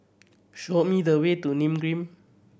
show me the way to Nim Green